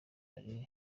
ari